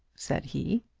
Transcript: said he.